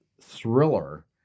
thriller